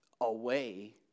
away